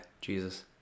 Jesus